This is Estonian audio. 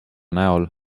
näol